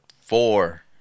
four